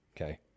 okay